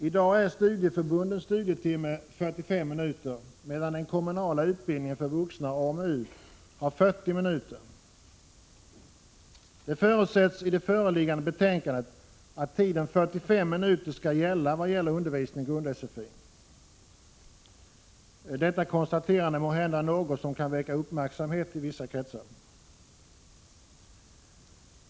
I dag är studieförbundens studietimme 45 minuter, medan den i den kommunala utbildningen för vuxna och AMU är 40 minuter. Det förutsätts i det föreliggande betänkandet att tiden 45 minuter skall gälla beträffande undervisning i grund-sfi. Detta konstaterande är måhända något som kan väcka uppmärksamhet i vissa kretsar.